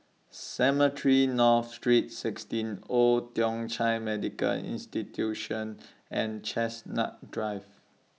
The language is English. Cemetry North Street sixteen Old Thong Chai Medical Institution and Chestnut Drive